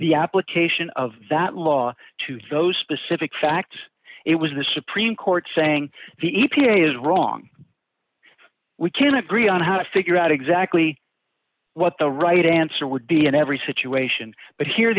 the application of that law to those specific fact it was the supreme court saying the e p a is wrong we can agree on how to figure out exactly what the right answer would be in every situation but here